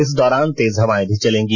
इस दौरान तेज हवाएं भी चलेंगी